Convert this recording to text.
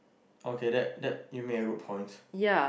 okay that that you make a good point